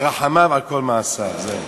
"ורחמיו על כל מעשיו", זהו.